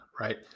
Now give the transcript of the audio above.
right